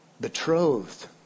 Betrothed